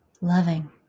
loving